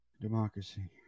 Democracy